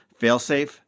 Failsafe